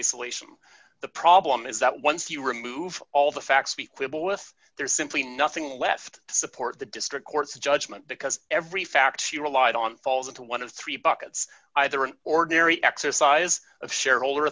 isolation the problem is that once you remove all the facts be quibble with there's simply nothing left to support the district court's judgment because every fact she relied on falls into one of three buckets either an ordinary exercise of shareholder